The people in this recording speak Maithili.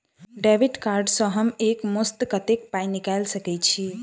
डेबिट कार्ड सँ हम एक मुस्त कत्तेक पाई निकाल सकय छी?